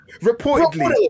reportedly